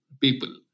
people